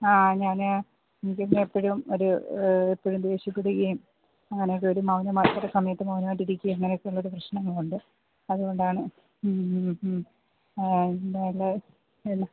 ആ ഞാന് എനിക്കിതെപ്പഴും ഒരു എപ്പോഴും ദേഷ്യപ്പെടുകയും അങ്ങനെയൊക്കെ ഒരു മൗനം ആവശ്യമുള്ള സമയത്ത് മൗനായിട്ടിരിക്കുകയും അങ്ങനൊക്കെള്ളൊരു പ്രശ്നങ്ങളുണ്ട് അതുകൊണ്ടാണ് മ്മ് മ്മ് മ്മ് ആ ഇന്നലെ എന്നാ